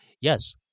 yes